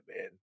man